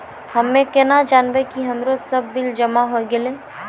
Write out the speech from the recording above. हम्मे केना जानबै कि हमरो सब बिल जमा होय गैलै?